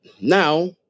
now